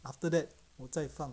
after that 我再放